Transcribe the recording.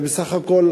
זה בסך הכול